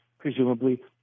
presumably